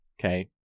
okay